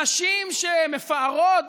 נשים ש"מפארות",